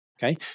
Okay